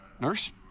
Nurse